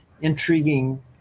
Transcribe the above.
intriguing